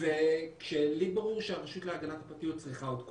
לי ברור שהרשות להגנת הפרטיות צריכה עוד כוח.